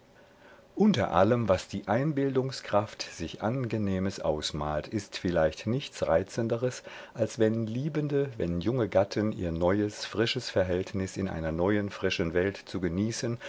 unter allem was die einbildungskraft sich angenehmes ausmalt ist vielleicht nichts reizenderes als wenn liebende wenn junge gatten ihr neues frisches verhältnis in einer neuen frischen welt zu genießen